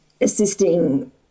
assisting